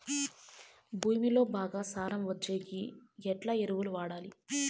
భూమిలో బాగా సారం వచ్చేకి ఎట్లా ఎరువులు వాడాలి?